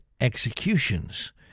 executions